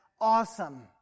awesome